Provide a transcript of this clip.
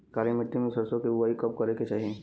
काली मिट्टी में सरसों के बुआई कब करे के चाही?